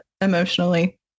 emotionally